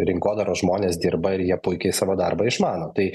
rinkodaros žmonės dirba ir jie puikiai savo darbą išmano tai